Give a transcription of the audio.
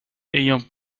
ayant